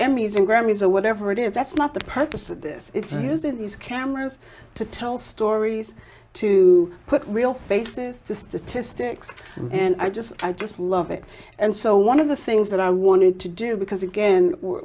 using grammys or whatever it is that's not the purpose of this it's a using these cameras to tell stories to put real faces to statistics and i just i just love it and so one of the things that i wanted to do because again